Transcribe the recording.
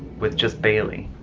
with just bailey,